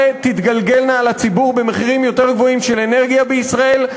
תתגלגלנה אל הציבור במחירים יותר גבוהים של אנרגיה בישראל,